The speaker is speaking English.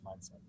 mindset